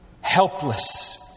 helpless